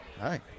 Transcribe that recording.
Hi